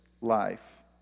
life